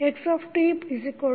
xtAxtBu